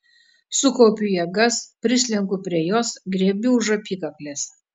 sukaupiu jėgas prislenku prie jos griebiu už apykaklės